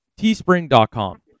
Teespring.com